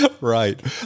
right